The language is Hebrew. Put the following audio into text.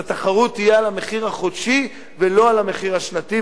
התחרות תהיה על המחיר החודשי ולא על המחיר השנתי,